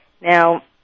Now